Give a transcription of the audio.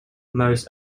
most